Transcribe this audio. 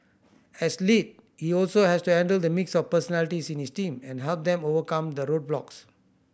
as lead he also has to handle the mix of personalities in his team and help them overcome the roadblocks